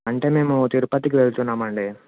అంటే మేము తిరుపతికి వెళ్తున్నాం అండి